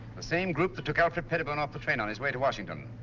the same group that took alfred pettibone off the train on his way to washington.